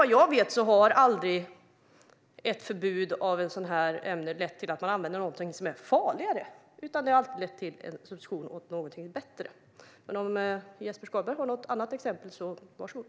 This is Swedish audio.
Vad jag vet har aldrig ett förbud mot ett sådant här ämne lett till att man använder någonting som är farligare, utan det har alltid lett till en substitution mot någonting bättre. Men om Jesper Skalberg Karlsson har något annat exempel så varsågod.